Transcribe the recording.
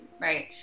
Right